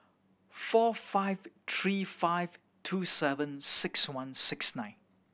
four five three five two seven six one six nine